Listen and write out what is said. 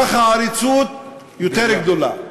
ככה העריצות יותר גדולה,